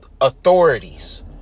authorities